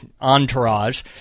entourage